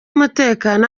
umutekano